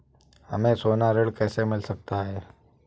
हमें सोना ऋण कैसे मिल सकता है?